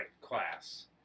class